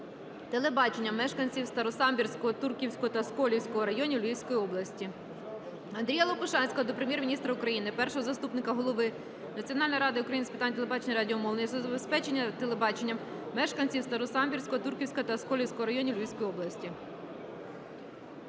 телебаченням мешканців Старосамбірського, Турківського та Сколівського районів Львівської області. Андрія Лопушанського до Прем'єр-міністра України, Першого заступника Голови Національної ради України з питань телебачення і радіомовлення щодо забезпечення телебаченням мешканців Старосамбірського, Турківського та Сколівського районів Львівської області.